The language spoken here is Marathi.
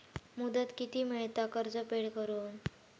मुदत किती मेळता कर्ज फेड करून?